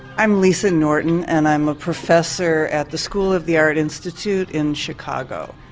i'm lisa norton and i'm a professor at the school of the art institute in chicago.